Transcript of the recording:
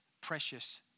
precious